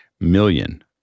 million